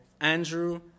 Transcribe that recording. Andrew